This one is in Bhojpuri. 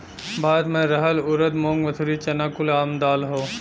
भारत मे रहर ऊरद मूंग मसूरी चना कुल आम दाल हौ